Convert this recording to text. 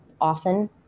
often